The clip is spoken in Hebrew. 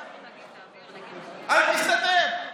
אל תסתתר.